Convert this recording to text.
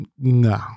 No